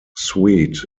suit